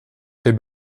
est